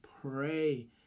pray